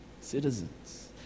citizens